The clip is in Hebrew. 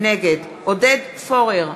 נגד עודד פורר,